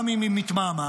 גם אם היא מתמהמהת.